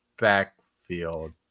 backfield